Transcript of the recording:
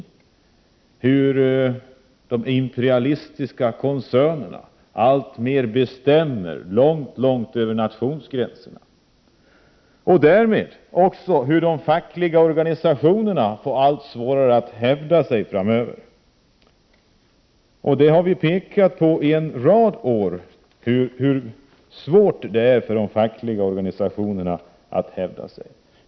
Vi kan se hur de imperialistiska koncernerna bestämmer alltmer, långt över nationsgränserna. Därmed får de fackliga organisationerna allt svårare att hävda sig, vilket vi har framhållit under en rad år.